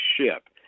ship